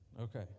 Okay